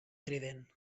trident